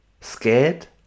scared